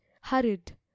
hurried